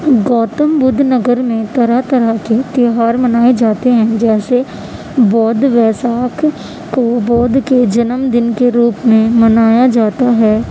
گوتم بدھ نگر میں طرح طرح کے تہوار منائے جاتے ہیں جیسے بودھ بیساکھی کو بودھ کے جنم دن کے روپ میں منایا جاتا ہے